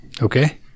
Okay